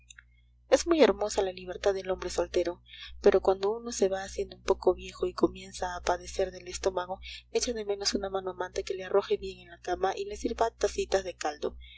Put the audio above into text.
es muy hermosa la libertad del hombre soltero pero cuando uno se va haciendo un poco viejo y comienza a padecer del estómago echa de menos una mano amante que le arrope bien en la cama y le sirva tacitas de caldo